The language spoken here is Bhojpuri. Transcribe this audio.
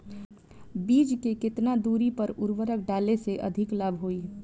बीज के केतना दूरी पर उर्वरक डाले से अधिक लाभ होई?